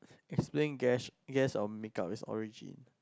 explain guest guest of make up its origin